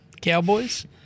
Cowboys